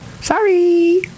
Sorry